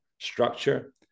structure